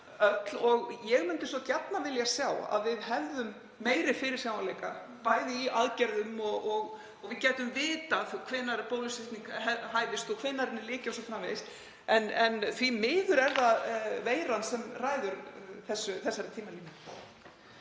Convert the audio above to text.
Ég myndi svo gjarnan vilja sjá að við hefðum meiri fyrirsjáanleika í aðgerðum og gætum vitað hvenær bólusetning hæfist og hvenær henni lyki o.s.frv., en því miður er það veiran sem ræður þessari tímalínu.